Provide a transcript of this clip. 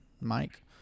Mike